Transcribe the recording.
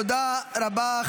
תודה רבה.